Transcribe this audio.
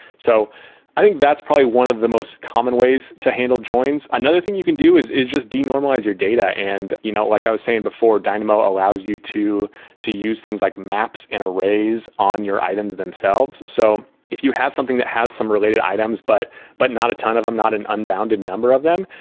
so i think that's probably one of the most common ways to handle joins. another thing you can do is is just de-normalized your data. and like i was saying before, dynamo allows you to to use things like maps and arrays on your items themselves. so if you have something that has some related items but but not a ton of them, not an unbounded number of them,